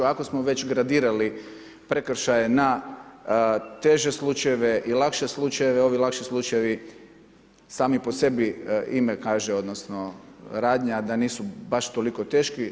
Ako smo već gradirali prekršaje na teže slučajeve i lakše slučajeve ovi lakši slučajevi sami po sebi ime kaže odnosno radnja da nisu baš toliko teški.